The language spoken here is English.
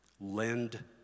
lend